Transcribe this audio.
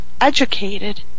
educated